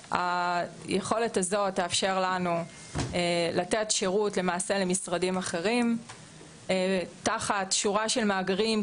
היכולת הזאת תאפשר לנו לתת שירות למשרדים אחרים תחת שורה של מאגרים,